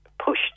pushed